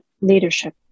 leadership